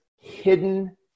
hidden